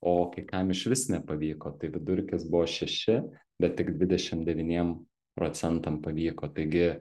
o kai kam išvis nepavyko tai vidurkis buvo šeši bet tik dvidešim devyniem procentam pavyko taigi